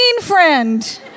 friend